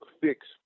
fix